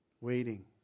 waiting